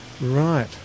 right